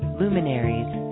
luminaries